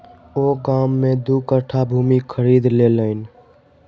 ओ गाम में दू कट्ठा भूमि खरीद लेलैन